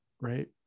right